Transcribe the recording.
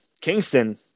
Kingston